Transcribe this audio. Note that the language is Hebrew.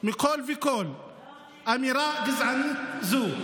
מכול וכול אמירה גזענית זו.